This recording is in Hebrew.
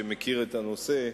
שמכיר את הנושא,